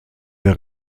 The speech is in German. der